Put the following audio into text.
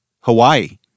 Hawaii